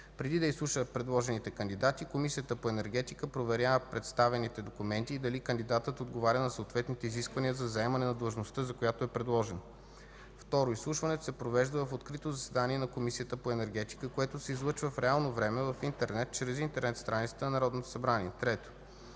Преди да изслуша предложените кандидати Комисията по енергетика проверява представените документи и дали кандидатът отговаря на съответните изисквания за заемане на длъжността, за която е предложен. 2. Изслушването се провежда в открито заседание на Комисията по енергетика, което се излъчва в реално време в интернет чрез интернет страницата на Народното събрание. 3.